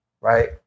Right